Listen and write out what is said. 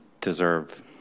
deserve